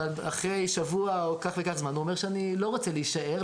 אבל אחרי שבוע או כך וכך זמן הוא אומר שהוא לא רוצה להישאר,